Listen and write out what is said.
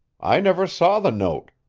i never saw the note,